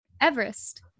Everest